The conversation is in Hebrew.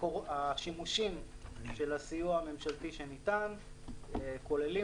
השימושים של הסיוע הממשלתי שניתן כוללים